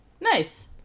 Nice